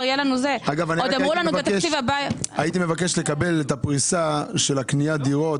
הייתי מבקש לקבל את הפריסה של קניית הדירות,